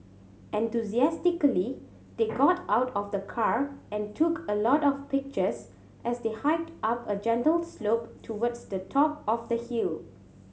enthusiastically they got out of the car and took a lot of pictures as they hiked up a gentle slope towards the top of the hill